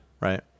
right